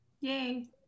Yay